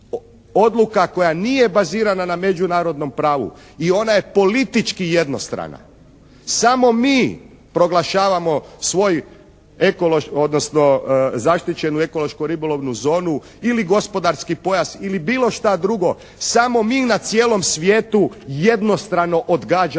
odluka koja nije bazirana na međunarodnom pravu i ona je politički jednostrana. Samo mi proglašavamo svoj ekološki, odnosno zaštićenu ekološko-ribolovnu zonu ili gospodarski pojas ili bilo šta drugo, samo mi na cijelom svijetu jednostrano odgađamo